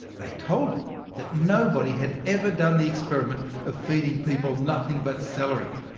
they told me that nobody had ever done the experiment of feeding people nothing but celery.